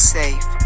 safe